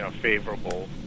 favorable